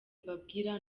mbabwira